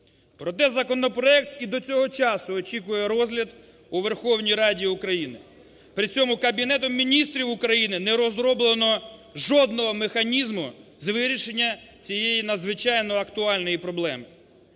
Проте законопроект і до цього часу очікує розгляд у Верховній Раді, при цьому Кабінетом Міністрів України не розроблено жодного механізму з вирішення цієї надзвичайно актуальної проблеми.